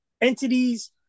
entities